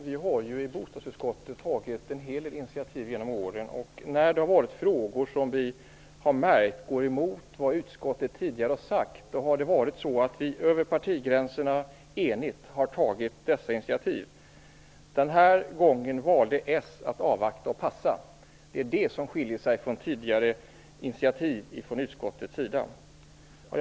Herr talman! Vi har i bostadsutskottet tagit en hel del initiativ genom åren. I frågor som vi har märkt går emot vad utskottet tidigare har sagt har vi över partigränserna enigt tagit dessa initiativ. Den här gången valde socialdemokraterna att avvakta och passa. Det är det som skiljer detta initiativ från utskottets sida från tidigare initiativ.